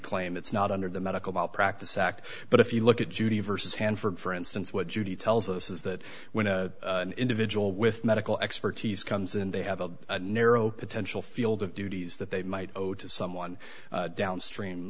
claim it's not under the medical malpractise act but if you look at judy versus hand for instance what judy tells us is that when an individual with medical expertise comes in they have a narrow potential field of duties that they might owe to someone downstream